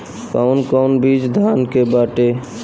कौन कौन बिज धान के बाटे?